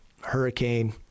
Hurricane